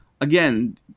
again